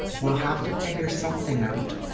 we'll have to figure something out.